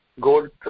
gold